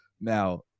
Now